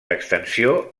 extensió